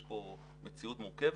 יש פה מציאות מורכבת,